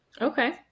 Okay